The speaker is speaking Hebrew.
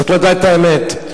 צריך לדעת את האמת.